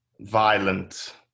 violent